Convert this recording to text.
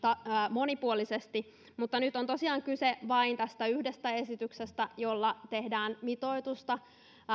monipuolisesti mutta nyt on tosiaan kyse vain tästä yhdestä esityksestä jolla tehdään mitoitusta